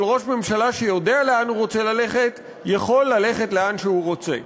אבל ראש ממשלה שיודע לאן הוא רוצה ללכת יכול ללכת לאן שהוא רוצה.